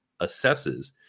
assesses